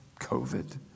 COVID